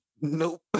Nope